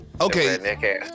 okay